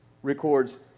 Records